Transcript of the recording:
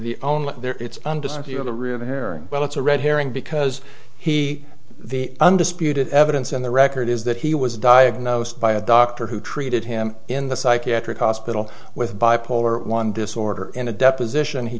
hearing well it's a red herring because he the undisputed evidence in the record is that he was diagnosed by a doctor who treated him in the psychiatric hospital with bipolar one disorder in a deposition he